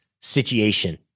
situation